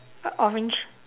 a orange